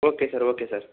okay sir okay sir